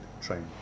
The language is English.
Train